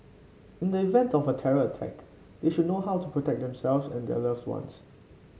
in the event of a terror attack they should know how to protect themselves and their loved ones